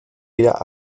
wieder